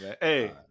Hey